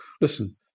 listen